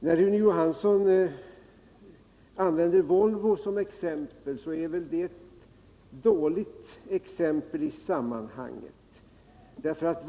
När Rune Johansson använder Volvo som exempel, så är väl det ett dåligt exempel i sammanhanget.